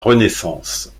renaissance